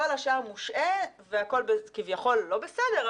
כל השאר מושהה והכול מתפקד,